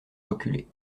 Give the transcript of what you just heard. reculer